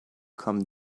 come